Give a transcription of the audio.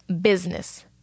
business